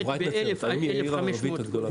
היום היא העיר הערבית הגדולה ביותר.